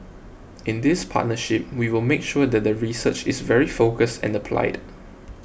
in this partnership we will make sure that the research is very focused and applied